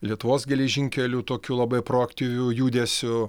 lietuvos geležinkelių tokiu labai proaktyviu judesiu